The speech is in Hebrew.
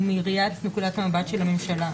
ומראיית נקודת המבט של הממשלה.